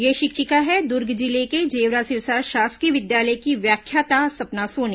ये शिक्षिका है दुर्ग जिले के जेवरा सिरसा शासकीय विद्यालय की व्याख्याता सपना सोनी